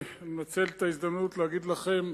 אני מנצל את ההזדמנות להגיד לכם,